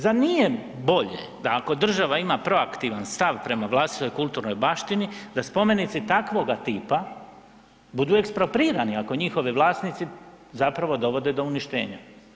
Zar nije bolje da ako država ima proaktivan stav prema vlastitoj kulturnoj baštini da spomenici takvoga tipa budu eksproprirani ako njihovi vlasnici zapravo dovode do uništenja.